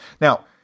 Now